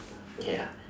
yeah